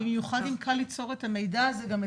במיוחד אם קל ליצור את המידע הזה גם אצלכם.